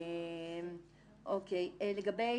לגבי